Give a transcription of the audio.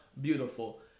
beautiful